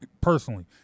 personally